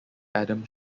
adam